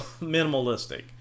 Minimalistic